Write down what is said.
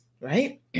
right